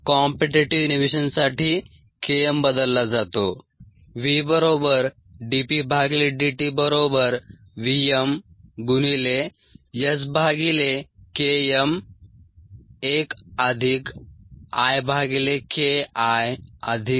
competitive इनहिबिशनसाठी K m बदलला जातो